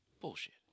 Bullshit